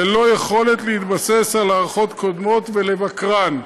ללא יכולת להתבסס על הערכות קודמות ולבקרן.